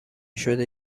شده